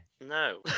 No